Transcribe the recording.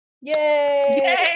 Yay